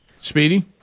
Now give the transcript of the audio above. Speedy